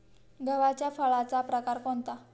गव्हाच्या फळाचा प्रकार कोणता?